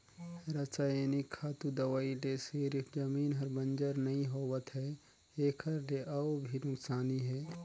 रसइनिक खातू, दवई ले सिरिफ जमीन हर बंजर नइ होवत है एखर ले अउ भी नुकसानी हे